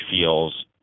feels